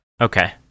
Okay